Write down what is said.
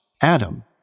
Adam